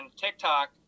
TikTok